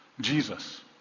Jesus